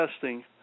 testing